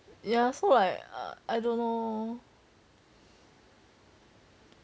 ya so like I don't know